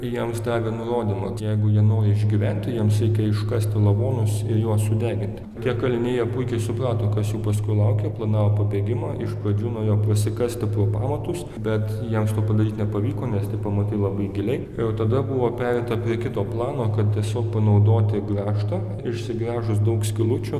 jiems davė nurodymą jeigu jie nori išgyventi jiems reikia iškasti lavonus ir juos sudeginti tie kaliniai jie puikiai suprato kas jų paskui laukia planavo pabėgimą iš pradžių norėjo prasikasti pro pamatus bet jiems to padaryt nepavyko nes tie pamatai labai giliai ir tada buvo pereita prie kito plano kad tiesiog panaudoti grąžtą išsigręžus daug skylučių